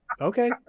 okay